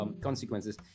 consequences